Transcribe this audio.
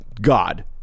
god